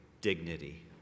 dignity